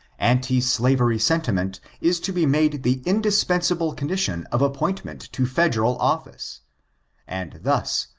anti-slavery sentiment is to be made the indispensable condition of appointment to federal office and thus,